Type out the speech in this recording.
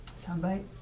soundbite